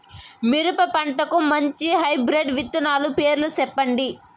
మిరప పంటకు మంచి హైబ్రిడ్ విత్తనాలు పేర్లు సెప్పండి?